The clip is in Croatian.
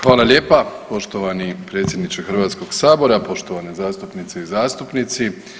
Hvala lijepa poštovani predsjedniče Hrvatskog sabora, poštovane zastupnice i zastupnici.